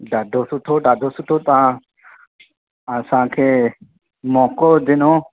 ॾाढो सुठो ॾाढो सुठो तव्हां असांखे मौक़ो ॾिनो